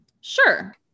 Sure